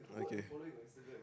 okay